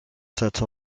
set